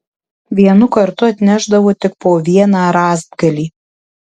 vienu kartu atnešdavo tik po vieną rąstgalį